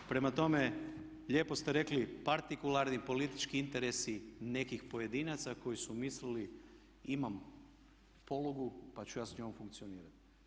Prema tome, lijepo ste rekli partikularni politički interesi nekih pojedinaca koji su mislili imam polugu pa ću ja s njom funkcionirati.